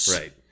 Right